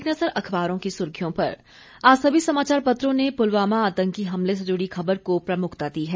एक नज़र अखबारों की सुर्खियों पर आज सभी समाचार पत्रों ने पुलवामा आतंकी हमले से जुड़ी खबर को प्रमुखता दी है